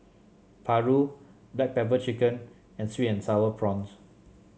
paru Black Pepper Chicken and sweet and sour prawns